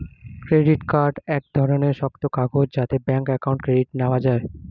credit card এক রকমের শক্ত কাগজ যাতে ব্যাঙ্ক অ্যাকাউন্ট ক্রেডিট নেওয়া যায়